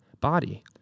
body